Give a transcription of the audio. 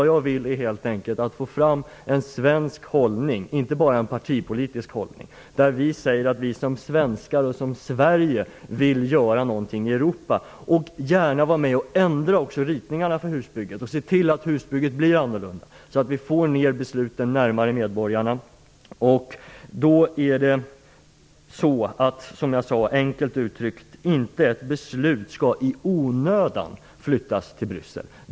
Jag vill helt enkelt få fram en svensk hållning - och inte bara en partipolitisk hållning - där vi säger att vi som svenskar vill göra något i Europa och även gärna vill vara med och ändra på ritningarna till husbygget och se till att det blir annorlunda så att vi får ner besluten närmare medborgarna. Då skall inga beslut i onödan flyttas till Bryssel.